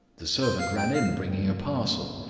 the servant ran in, bringing a parcel.